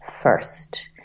first